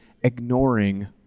ignoring